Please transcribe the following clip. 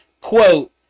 quote